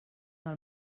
del